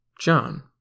John